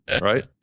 right